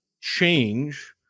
change